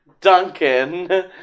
Duncan